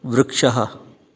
वृक्षः